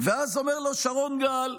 ואז אומר לו שרון גל: